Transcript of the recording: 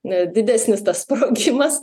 na didesnis tas sprogimas